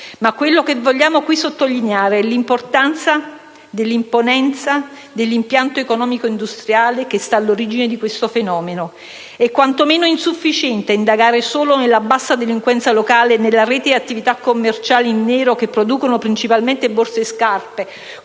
Quello che vogliamo però qui sottolineare è l'imponenza dell'impianto economico-industriale che sta all'origine di questo fenomeno. È quantomeno insufficiente indagare solo nella bassa delinquenza locale e nella rete di attività commerciali in nero che producono principalmente borse e scarpe,